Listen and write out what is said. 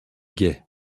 gai